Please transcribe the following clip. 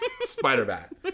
Spider-Bat